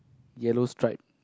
yellow stripe